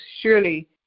Surely